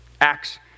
Acts